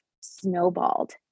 snowballed